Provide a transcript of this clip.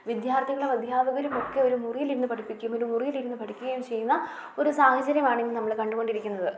വിദ്യാർത്ഥികളും അധ്യാപകരും ഒക്കെ ഒരു മുറിയിലിരുന്ന് പഠിപ്പിക്കും ഒരു മുറിയിലിരുന്ന് പഠിക്കുകയും ചെയ്യുന്ന ഒരു സാഹചര്യമാണ് ഇന്ന് നമ്മൾ കണ്ടുകൊണ്ടിരിക്കുന്നത്